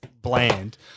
bland